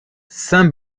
saint